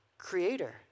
creator